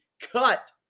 cut